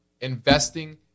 Investing